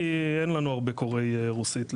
כי אין לנו הרבה קוראי רוסית,